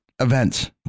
events